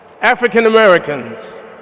African-Americans